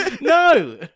no